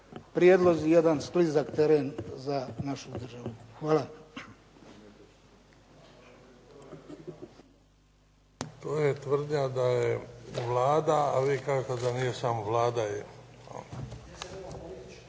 prijedlozi jedan sklizak teren za našu državu. Hvala. **Bebić, Luka (HDZ)** To je tvrdnja da je Vlada a nikako da nije samo Vlada.